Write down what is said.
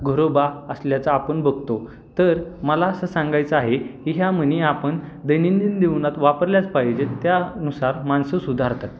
घरोबा असल्याचं आपण बघतो तर मला असं सांगायचं आहे की ह्या म्हणी आपण दैनंदिन जीवनात वापरल्याच पाहिजे त्यानुसार माणसं सुधारतात